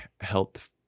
health